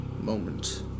moment